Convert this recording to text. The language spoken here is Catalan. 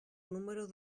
número